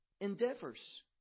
endeavors